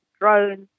drones